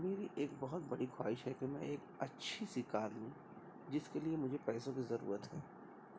میری ایک بہت بڑی خواہش ہے کہ میں ایک اچھی سی کار لوں جس کے لیے مجھے پیسوں کی ضرورت ہے